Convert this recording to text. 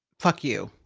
fuck you.